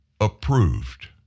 approved